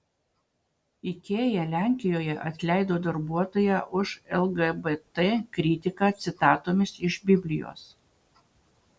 ikea lenkijoje atleido darbuotoją už lgbt kritiką citatomis iš biblijos